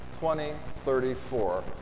2034